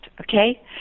okay